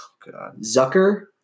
Zucker